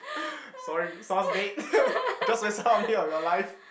sorry sounds vague you just wasted one minute of your life